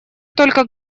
только